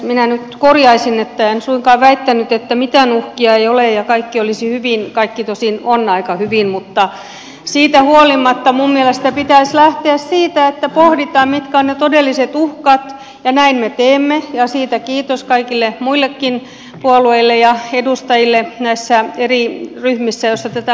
minä nyt korjaisin että en suinkaan väittänyt että mitään uhkia ei ole ja kaikki olisi hyvin kaikki tosin on aika hyvin mutta siitä huolimatta minun mielestäni pitäisi lähteä siitä että pohditaan mitkä ovat ne todelliset uhkat ja näin me teemme ja siitä kiitos kaikille muillekin puolueille ja edustajille näissä eri ryhmissä joissa tätä asiaa pohditaan